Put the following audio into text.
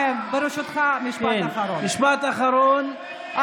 ברשותך, אני רוצה משפט אחרון.